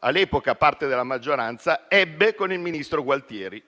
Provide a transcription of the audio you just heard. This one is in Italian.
all'epoca parte della maggioranza, ebbe con il ministro Gualtieri.